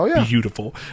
beautiful